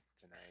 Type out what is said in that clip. tonight